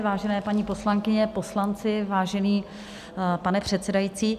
Vážené paní poslankyně, poslanci, vážený pane předsedající.